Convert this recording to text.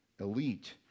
elite